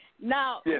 Now